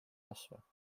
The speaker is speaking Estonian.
rasva